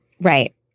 Right